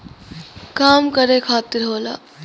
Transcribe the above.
काम करे खातिर होला